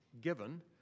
given